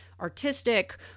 artistic